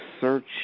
search